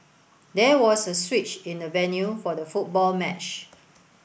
there was a switch in the venue for the football match